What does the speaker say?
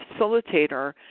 facilitator